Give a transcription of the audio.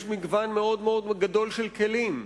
יש מגוון גדול מאוד של כלים.